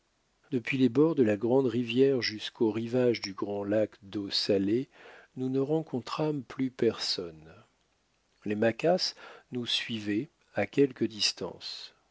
depuis les bords de la grande rivière jusqu'aux rivages du grand lac d'eau salée nous ne rencontrâmes plus personne les maquas nous suivaient à quelque distance